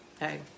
hey